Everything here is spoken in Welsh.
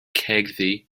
cegddu